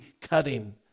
cutting